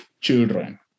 children